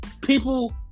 People